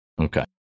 Okay